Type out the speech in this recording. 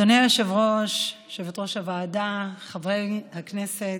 אדוני היושב-ראש, יושבת-ראש הוועדה, חברי הכנסת,